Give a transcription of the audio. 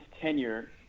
tenure